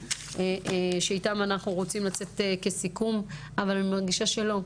שאיתן אנחנו רוצים לצאת כסיכום אבל מרגישה שלא.